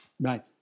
right